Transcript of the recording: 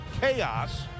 chaos